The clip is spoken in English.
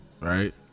right